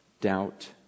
doubt